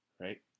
Right